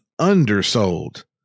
undersold